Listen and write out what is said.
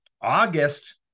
August